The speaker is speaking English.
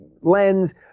lens